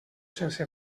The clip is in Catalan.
sense